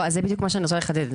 זה בדיוק מה שאני רוצה לחדד.